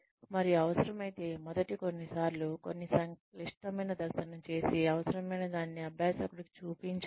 మరియు అవసరమైతే మొదటి కొన్ని సార్లు కొన్ని క్లిష్టమైన దశలను చేసి అవసరమైనదాన్ని అభ్యాసకుడికి చూపించాలి